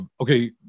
okay